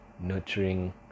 nurturing